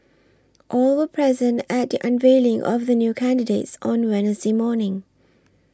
all were present at the unveiling of the new candidates on Wednesday morning